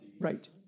Right